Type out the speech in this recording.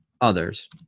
others